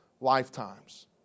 lifetimes